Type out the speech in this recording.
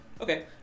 Okay